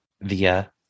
via